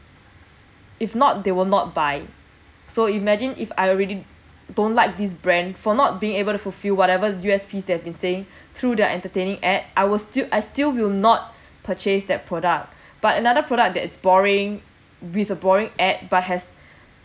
if not they will not buy so imagine if I already don't like this brand for not being able to fulfill whatever U_S_Ps they have been saying through their entertaining ad I will still I still will not purchased that product but another product that is boring with a boring ad but has